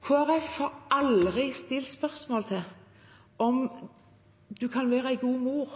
har aldri stilt spørsmål ved om du kan være en god mor